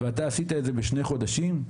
ואתה עשית את זה בשני חודשים?"